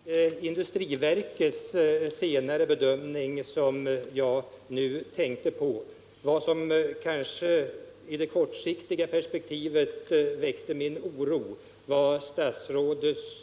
Herr talman! Det var faktiskt inte industriverkets kommande bedömning som jag avsåg. Vad som väckte min oro i det kortsiktiga perspektivet var statsrådets